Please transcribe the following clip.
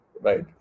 right